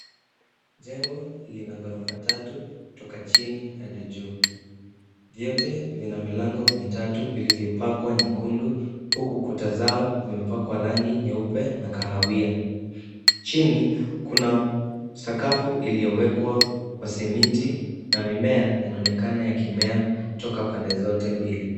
Jengo lina ghorofa tatu kutoka chini hadi juu. Vyote vina milango mitatu vilivyopakwa nyekundu huku kuta zao zimepakwa rangi nyeupe na kahawia. Chini kuna sakafu iliowekwa kwa simiti na mimea inaonekana ikimea kutoka pande zote mbili.